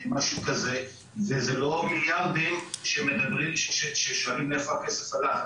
וזה לא מיליארדים ששואלים לאיפה הכסף הלך.